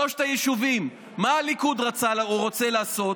שלושת היישובים, מה הליכוד רוצה לעשות?